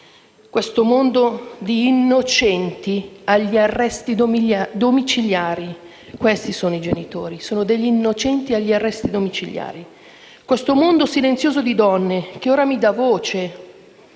Questo mondo di innocenti agli arresti domiciliari: questi sono i genitori. Sono degli innocenti agli arresti domiciliari. Questo mondo silenzioso di donne che ora mi dà voce